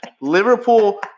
Liverpool